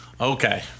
Okay